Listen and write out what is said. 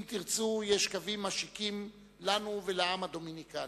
אם תרצו, יש קווים משיקים לנו ולעם הדומיניקני: